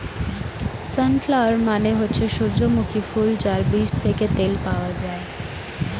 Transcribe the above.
sunflower মানে হচ্ছে সূর্যমুখী ফুল যার বীজ থেকে তেল পাওয়া যায়